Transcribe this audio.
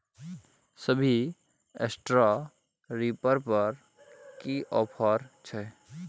अभी straw reaper पर की ऑफर छै?